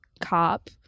cop